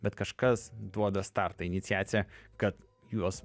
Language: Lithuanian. bet kažkas duoda startą iniciaciją kad juos